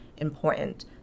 important